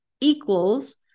equals